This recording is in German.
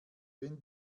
wenn